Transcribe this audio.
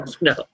no